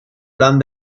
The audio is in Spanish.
plan